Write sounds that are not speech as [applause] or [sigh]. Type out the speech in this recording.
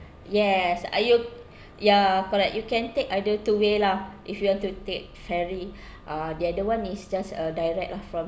yes uh you [breath] ya correct you can take either two way lah if you want to take ferry [breath] or the other one is just a direct lah from